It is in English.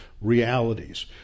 realities